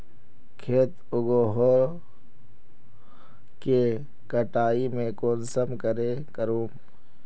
खेत उगोहो के कटाई में कुंसम करे करूम?